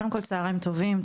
קודם כל צהריים טובים,